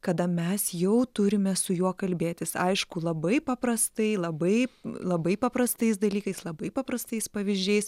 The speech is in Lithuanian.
kada mes jau turime su juo kalbėtis aišku labai paprastai labai labai paprastais dalykais labai paprastais pavyzdžiais